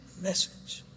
message